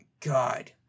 god